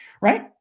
Right